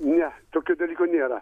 ne tokių dalykų nėra